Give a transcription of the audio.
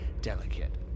delicate